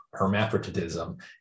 hermaphroditism